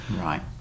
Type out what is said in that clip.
Right